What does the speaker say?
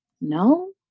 no